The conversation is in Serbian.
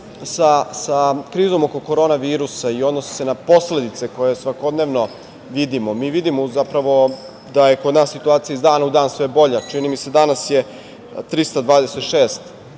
sa krizom oko korona virusa i odnosi se na posledice koje svakodnevno vidimo. Mi vidimo zapravo da je situacija kod nas iz dana u dan sve bolja. Čini mi se da je